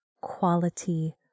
quality